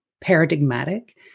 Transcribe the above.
paradigmatic